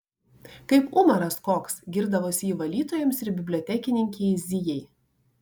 kaip umaras koks girdavosi ji valytojoms ir bibliotekininkei zijai